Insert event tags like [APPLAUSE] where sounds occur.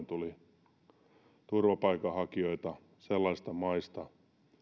[UNINTELLIGIBLE] tuli turvapaikanhakijoita sellaisista maista